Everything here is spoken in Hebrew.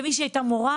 כמי שהייתה מורה,